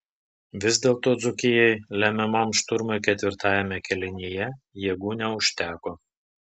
vis dėlto dzūkijai lemiamam šturmui ketvirtajame kėlinyje jėgų neužteko